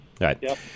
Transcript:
right